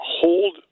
hold